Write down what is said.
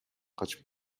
качып